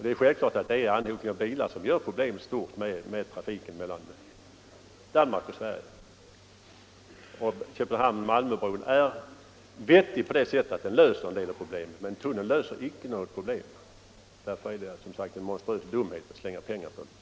Det är självklart att det är anhopningen av bilar som gör att problemet blir stort när det gäller trafiken mellan Danmark och Sverige. Köpenhamn-Malmö-bron är vettig på det sättet att den löser en del av problemet, men en tunnel löser icke något problem. Därför är det som sagt en monstruös dumhet att slänga pengar på en sådan.